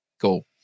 go